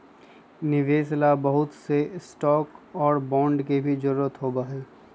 निवेश ला बहुत से स्टाक और बांड के भी जरूरत होबा हई